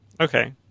Okay